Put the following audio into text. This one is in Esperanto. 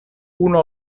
unu